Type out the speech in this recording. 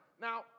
Now